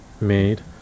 made